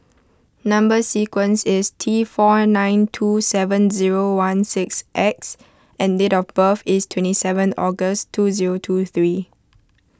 Number Sequence is T four nine two seveb zero one six X and date of birth is twenty seventh August two zero two three